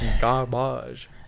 garbage